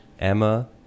Emma